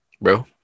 Bro